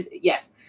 yes